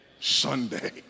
Sunday